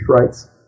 rights